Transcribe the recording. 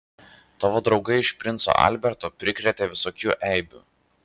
tavo draugai iš princo alberto prikrėtę visokių eibių